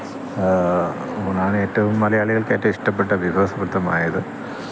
ഊണാണ് ഏറ്റവും മലയാളികള്ക്ക് ഏറ്റവും ഇഷ്ടപ്പെട്ട വിഭവസമൃദ്ധമായത്